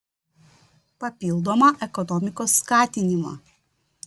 papildomą ekonomikos skatinimą